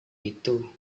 itu